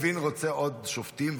לוין רוצה עוד שופטים,